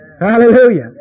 Hallelujah